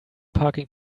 parking